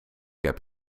heb